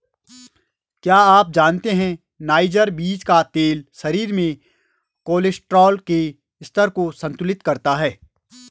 क्या आप जानते है नाइजर बीज का तेल शरीर में कोलेस्ट्रॉल के स्तर को संतुलित करता है?